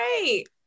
great